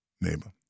neighbor